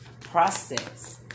process